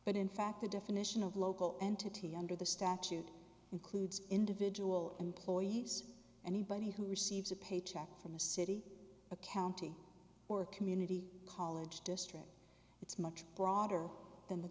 but in fact the definition of local entity under the statute includes individual employees anybody who receives a paycheck from the city a county or a community college district it's much broader than the